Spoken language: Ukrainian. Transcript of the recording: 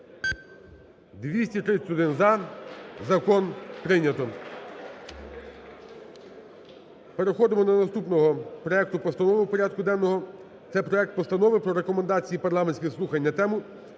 За-231 Закон прийнято. Переходимо до наступного проекту постанови порядку денного, це проект Постанови про Рекомендації парламентських слухань на тему: